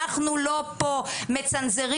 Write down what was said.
אנחנו לא פה מצנזרים,